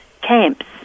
camps